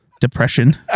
depression